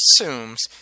assumes